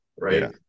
right